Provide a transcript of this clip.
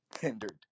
hindered